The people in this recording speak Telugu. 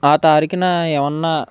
ఆ తారీఖున ఏమన్నా